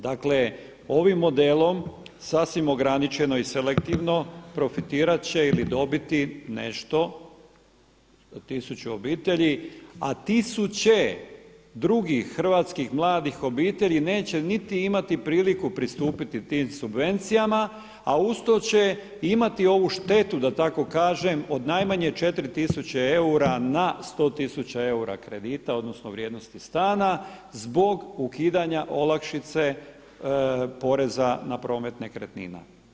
Dakle, ovim modelom sasvim ograničeno i selektivno profitirati će ili dobiti nešto 1000 obitelji a tisuće drugih hrvatskih mladih obitelji neće niti imati priliku pristupiti tim subvencijama a usto će i imati ovu štetu da tako kažem od najmanje 4 tisuće eura na 100 tisuća eura kredita odnosno vrijednosti stana zbog ukidanja olakšice poreza na promet nekretnina.